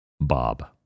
Bob